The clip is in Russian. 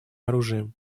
оружием